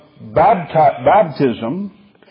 baptism